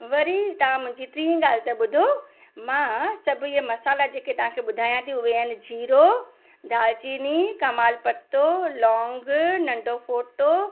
वरी तव्हां मुंहिंजी टीं ॻाल्हि त ॿुधो मां सभु इहे मसाला जेके तव्हांखे ॿुधायां थी उहे आहिनि जीरो दाल चीनी कमाल पतो लौंग नंढो फोटो